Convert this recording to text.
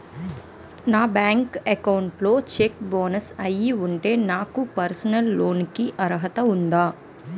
నా bank account లో check bounce అయ్యి ఉంటే నాకు పర్సనల్ లోన్ కీ అర్హత ఉందా?